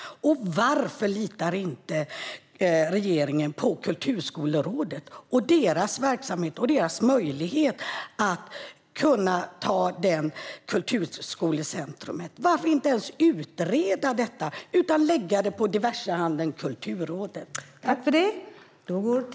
Den tredje frågan är: Varför litar inte regeringen på Kulturskolerådet, deras verksamhet och deras möjlighet att ha kulturskolecentrumet? Varför utreder man inte ens detta utan lägger det på diversehandeln Kulturrådet?